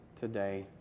today